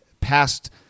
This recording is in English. past